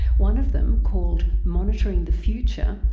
one of them, called monitoring the future,